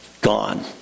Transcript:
gone